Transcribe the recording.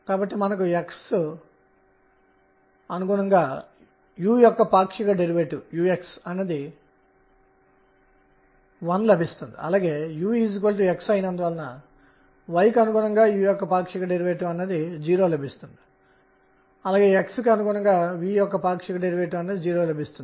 కాబట్టి మేము పరిశీలిస్తున్న అవకాశం ఏమిటంటే కక్ష్య కూడా xy తలానికి సంబంధించి వంగి ఉంటుంది